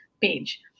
page